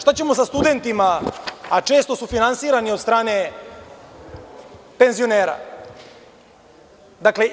Šta ćemo sa studentima, a često su finansirani od strane penzionera?